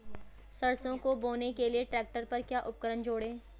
सरसों को बोने के लिये ट्रैक्टर पर क्या उपकरण जोड़ें?